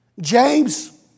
James